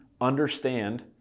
understand